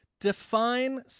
Define